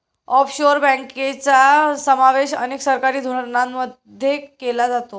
offshore बँकांचा समावेश अनेक सरकारी धोरणांमध्ये केला जातो